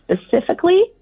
specifically